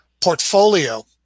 portfolio